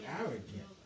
arrogant